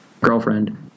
girlfriend